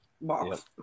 box